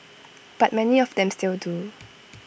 but many of them still do